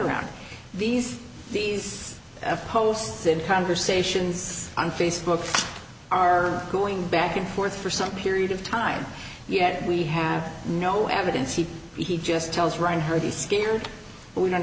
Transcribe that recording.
around these these f posted conversations on facebook are going back and forth for some period of time yet we have no evidence he he just tells ryan pretty scared but we don't